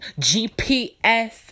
GPS